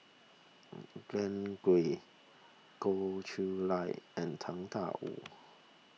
Glen Goei Goh Chiew Lye and Tang Da Wu